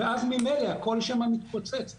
ואז ממילא הכול שם מתפוצץ עלינו,